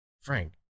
Frank